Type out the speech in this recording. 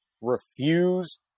refuse